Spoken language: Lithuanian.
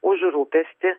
už rūpestį